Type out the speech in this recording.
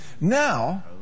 Now